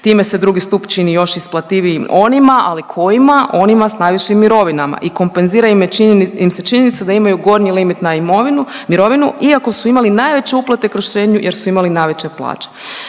Time se II. stup čini još isplativiji onima, ali kojima, onima s najvišim mirovina i kompenzira im se činjenica da imaju gornji limit na imovinu, mirovinu iako su imali najveće uplate kroz štednju jer su imali najveće plaće.